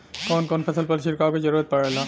कवन कवन फसल पर छिड़काव के जरूरत पड़ेला?